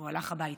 והוא הלך הביתה.